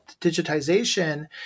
digitization